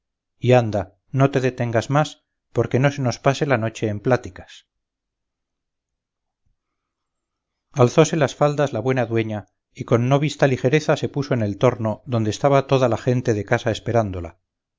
y anda no te detengas más porque no se nos pase la noche en pláticas alzóse las faldas la buena dueña y con no vista ligereza se puso en el torno donde estaba toda la gente de casa esperándola